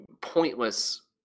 pointless